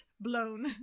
blown